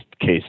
case